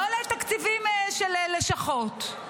לא לתקציבים של לשכות.